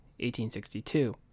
1862